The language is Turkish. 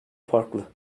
farklı